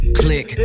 click